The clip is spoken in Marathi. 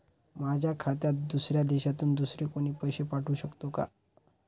माझ्या खात्यात दुसऱ्या देशातून दुसरे कोणी पैसे पाठवू शकतो का?